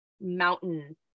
mountain